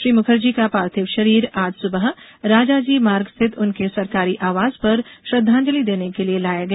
श्री मुखर्जी का पार्थिव शरीर आज सुबह राजाजी मार्ग स्थित उनके सरकारी आवास पर श्रद्वांजलि देने के लिये लाया गया